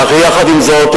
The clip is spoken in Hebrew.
אך עם זאת,